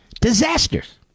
Disasters